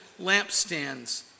lampstands